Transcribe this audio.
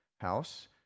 house